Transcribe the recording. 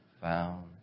found